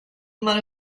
mare